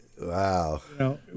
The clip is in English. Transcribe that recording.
Wow